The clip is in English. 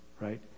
right